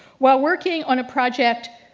while working on a project,